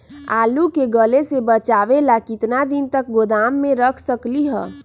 आलू के गले से बचाबे ला कितना दिन तक गोदाम में रख सकली ह?